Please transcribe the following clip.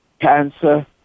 cancer